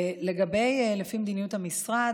לפי מדיניות המשרד,